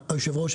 היושב ראש,